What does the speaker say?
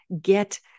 get